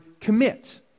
commit